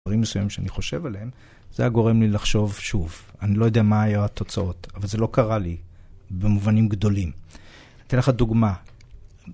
דברים מסוימים שאני חושב עליהם, זה היה גורם לי לחשוב שוב. אני לא יודע מה היו התוצאות, אבל זה לא קרה לי במובנים גדולים. אתן לך דוגמה.